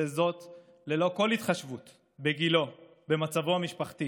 וזאת ללא כל התחשבות בגילו, במצבו המשפחתי